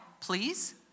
please